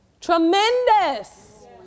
tremendous